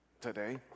today